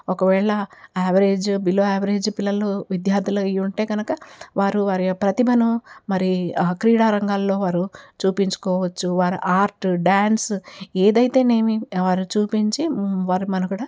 ఒకవేళ average below average పిల్లలు విద్యార్థులు అయి ఉంటే కనుక వారు వారి ప్రతిభను మరీ ఆ క్రీడా రంగాల్లో వారు చూపించుకోవచ్చు వారు ఆర్ట్ డాన్స్ ఏదైతేనేమి వారు చూపించి వారి మనుగడ